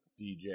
DJ